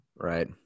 Right